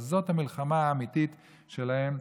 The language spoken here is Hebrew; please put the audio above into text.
זאת המלחמה האמיתית שלהם.